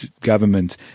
government